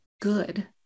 good